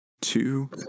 Two